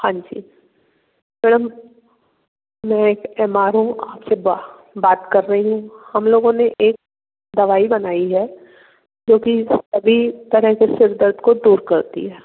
हाँ जी मैडम मैं एक एम आर हूँ आपसे बात कर रही हूँ हम लोगों ने एक दवाई बनाई है जो कि सभी तरह के सिर दर्द को दूर करती है